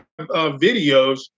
videos